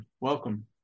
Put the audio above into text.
welcome